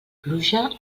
pluja